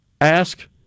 ask